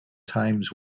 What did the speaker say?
times